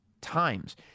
times